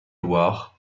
loire